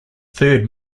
third